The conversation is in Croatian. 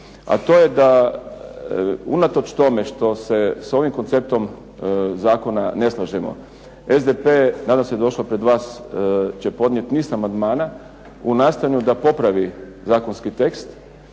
a to je da unatoč tome što se s ovim konceptom zakona ne slažemo, SDP danas je došao pred vas će podnijeti niz amandmana u nastojanju da popravi zakonski tekst,